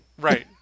Right